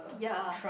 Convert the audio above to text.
ya